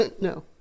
no